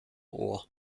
ohr